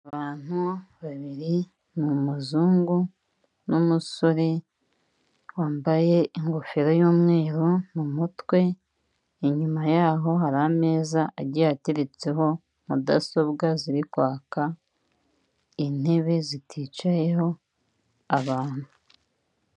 Abantu babiri, ni umuzungu n'umusore wambaye ingofero y'umweru mu mutwe, inyuma yaho hari ameza agiye ateretseho mudasobwa ziri kwaka intebe ziticayeho abantu.